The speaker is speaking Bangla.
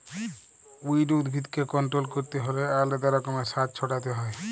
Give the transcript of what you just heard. উইড উদ্ভিদকে কল্ট্রোল ক্যরতে হ্যলে আলেদা রকমের সার ছড়াতে হ্যয়